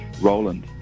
roland